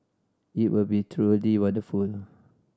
it will be truly wonderful